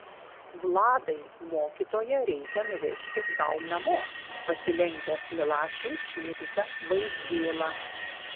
vladai mokytoją reikia nuvežti gal namo pasilenkęs milašiui šnibžda vaizgėla